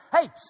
Hey